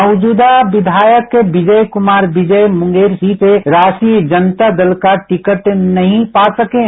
मौजूदा विधायक विजय कुमार विजय मुंगेर सीट से राष्ट्रीय जनता दल का टिकट नहीं पा सके हैं